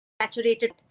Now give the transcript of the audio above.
saturated